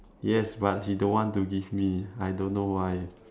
yes but she don't want to give me I don't know why